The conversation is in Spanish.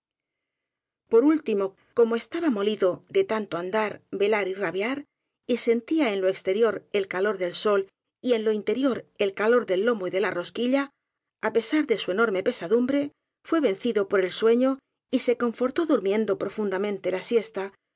por último como estaba molido de tanto andar velar y rabiar y sentía en lo exterior el calor del sol y en lo interior el calor del lomo y de la ros quilla á pesar de su enorme pesadumbre fué ven cido por el sueño y se confortó durmiendo profun damente la siesta